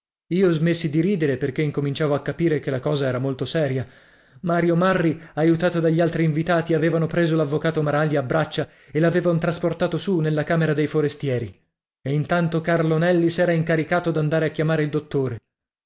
io smessi di ridere perché incominciavo a capire che la cosa era molto seria mario marri aiutato dagli altri invitati avevano preso l'avvocato maralli a braccia e l'avevan trasportato su nella camera dei forestieri e intanto carlo nelli s'era incaricato d'andar a chiamare il dottore